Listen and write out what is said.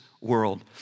world